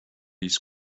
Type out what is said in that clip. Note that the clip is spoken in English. his